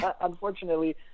unfortunately